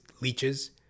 leeches